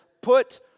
Put